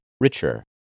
Richer